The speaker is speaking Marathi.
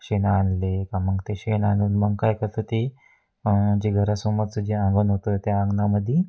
शेण आणले का मग ते शेण आणून मग काय करतं ते जे घरासमोरचं जे अंगण होतं त्या अंगणामध्ये